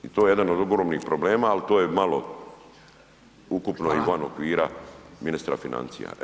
I to je jedan od ogromnih problema, ali to je malo ukupno i van okvira ministra financija.